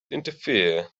interfere